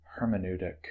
hermeneutic